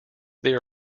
there